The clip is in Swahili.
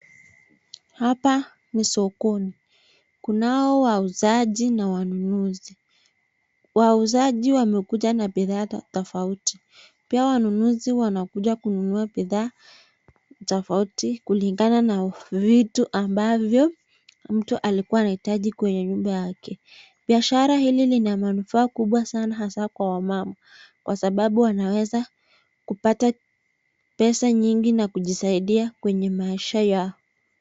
Hapa ni sokoni. Kunao wauzaji na wanunuzi. Wauzaji wamekuja na bidhaa tofauti. Pia wanunuzi wanakuja kununua bidhaa tofauti kulingana na vitu ambavyo mtu alikuwa anahitaji kwenye nyumba yake. Biashara hili lina manufaa kubwa sana hasa kwa wamama kwa sababu wanaweza kupata pesa nyingi na kujisaidia kwenye maisha yao.